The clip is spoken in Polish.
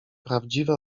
prawdziwe